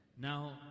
Now